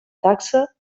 taxa